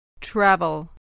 Travel